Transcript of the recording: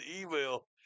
email